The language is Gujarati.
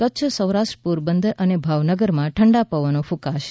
કચ્છ સૌરાષ્ટ્ર પોરબંદર ભાવનગરમાં ઠંડા પવનો કુંકાશે